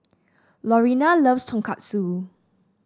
Lorena loves Tonkatsu